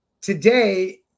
Today